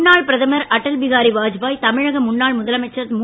முன்னாள் பிரதமர் அடல்பிகாரி வாஜ்பாய் தமிழக முன்னாள் முதலமைச்சர் மு